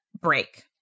break